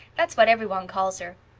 that's what every one calls her.